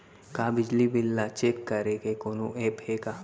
का बिजली बिल ल चेक करे के कोनो ऐप्प हे का?